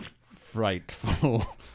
frightful